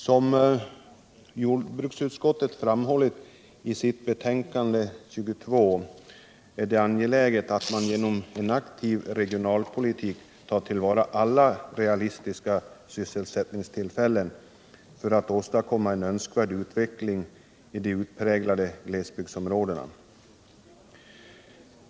Som jordbruksutskottet framhållit i sitt betänkande nr 22 är det angeläget att man genom en aktiv regionalpolitik tar till vara alla realistiska sysselsättningstillfällen för att åstadkomma en önskvärd utveckling i de utpräglade glesbygdsområdena.